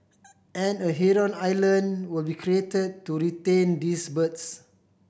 and a heron island will be created to retain these birds